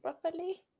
properly